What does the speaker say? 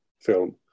film